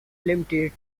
limited